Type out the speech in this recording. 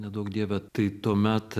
neduok dieve tai tuomet